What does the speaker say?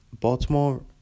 Baltimore